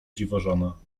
dziwożona